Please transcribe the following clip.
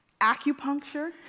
acupuncture